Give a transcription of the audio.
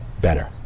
better